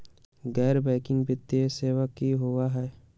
गैर बैकिंग वित्तीय सेवा की होअ हई?